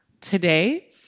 today